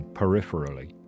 peripherally